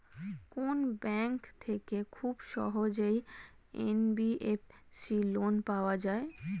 কোন ব্যাংক থেকে খুব সহজেই এন.বি.এফ.সি লোন পাওয়া যায়?